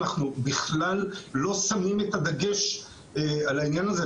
אנחנו בכלל לא שמים את הדגש על העניין הזה,